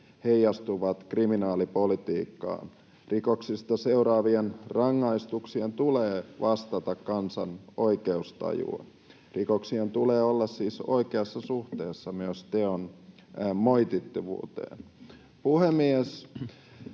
heijastuvat kriminaalipolitiikkaan. Rikoksista seuraavien rangaistuksien tulee vastata kansan oikeustajua. Rikoksien tulee siis olla oikeassa suhteessa myös teon moitittavuuteen. Puhemies!